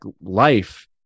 life